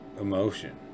Emotion